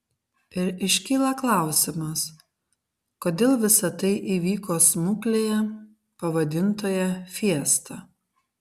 ir iškyla klausimas kodėl visa tai įvyko smuklėje pavadintoje fiesta